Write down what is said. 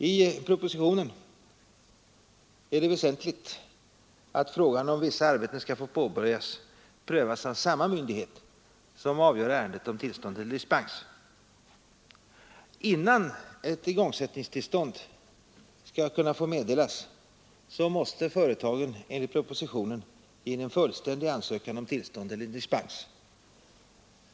I propositionen är det väsentligt att frågan huruvida vissa arbeten skall få påbörjas prövas av samma myndighet som avgör ärendet om tillstånd eller dispens. Innan igångsättningstillstånd får meddelas måste företagaren enligt propositionen inge en fullständig ansökan om tillstånd eller dispens.